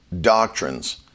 doctrines